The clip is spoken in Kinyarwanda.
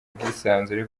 ubwisanzure